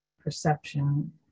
perception